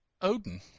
Odin